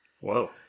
Whoa